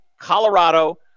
Colorado